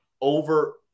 over